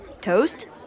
toast